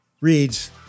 reads